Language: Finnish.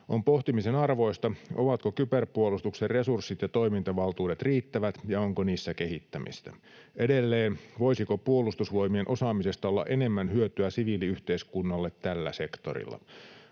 On pohtimisen arvoista, ovatko kyberpuolustuksen resurssit ja toimintavaltuudet riittävät ja onko niissä kehittämistä edelleen, ja edelleen, voisiko Puolustusvoimien osaamisesta olla enemmän hyötyä siviiliyhteiskunnalle tällä sektorilla.